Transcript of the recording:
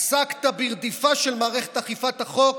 עסקת ברדיפה של מערכת אכיפת החוק,